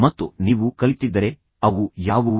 ಮತ್ತು ನೀವು ಕಲಿತಿದ್ದರೆ ಅವು ಯಾವುವು